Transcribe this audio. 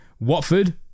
Watford